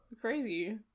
crazy